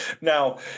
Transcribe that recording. now